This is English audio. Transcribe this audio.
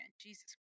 Jesus